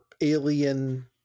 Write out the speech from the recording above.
alien